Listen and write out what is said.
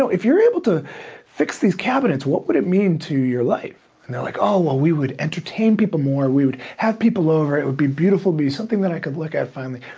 so if you're able to fix these cabinets, what would it mean to your life? and they're like, oh, well we would entertain people more, we would have people over, it would be beautiful, it'd be something that i could look at finally.